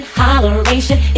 holleration